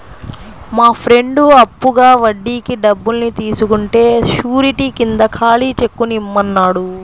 మా ఫ్రెండు అప్పుగా వడ్డీకి డబ్బుల్ని తీసుకుంటే శూరిటీ కింద ఖాళీ చెక్కుని ఇమ్మన్నాడు